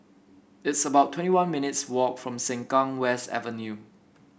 it's about twenty one minutes' walk from Sengkang West Avenue